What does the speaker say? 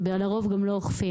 ולרוב גם לא אוכפים.